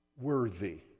worthy